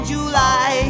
July